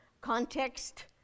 context